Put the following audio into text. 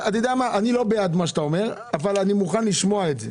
אני לא בעד זה אבל מוכן לשמוע את זה.